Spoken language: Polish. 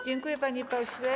Dziękuję, panie pośle.